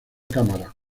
cámara